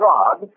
God